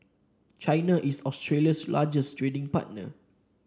China is Australia's largest trading partner